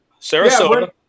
Sarasota